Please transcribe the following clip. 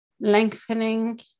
lengthening